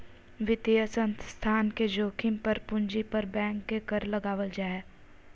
वित्तीय संस्थान के जोखिम पर पूंजी पर बैंक के कर लगावल जा हय